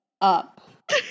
up